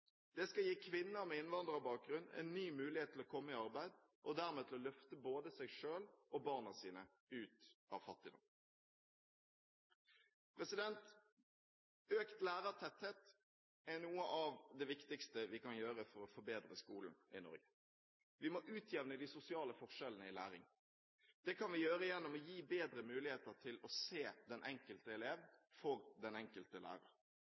Det skal gi kvinner med innvandrerbakgrunn en ny mulighet til å komme i arbeid og dermed løfte både seg selv og barna sine ut av fattigdommen. Å øke lærertettheten er noe av det viktigste vi kan gjøre for å forbedre skolen i Norge. Vi må utjevne de sosiale forskjellene når det gjelder læring. Det kan vi gjøre gjennom å gi bedre muligheter for den enkelte lærer til å se den enkelte elev. Flere lærere er et konkret svar på den